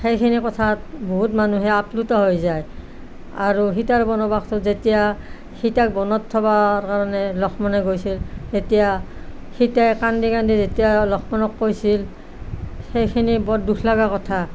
সেইখিনি কথাত বহুত মানুহে আপ্লুত হৈ যায় আৰু সীতাৰ বনবাসটো যেতিয়া সীতাক বনত থবাৰ কাৰণে লক্ষ্মণে গৈছিল তেতিয়া সীতাই কান্দি কান্দি যেতিয়া লক্ষ্মণক কৈছিল সেইখিনি বৰ দুখ লগা কথা